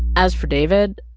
as for david,